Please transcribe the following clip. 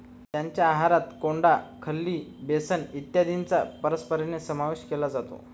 त्यांच्या आहारात कोंडा, खली, बेसन इत्यादींचा परंपरेने समावेश केला जातो